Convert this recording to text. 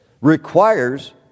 requires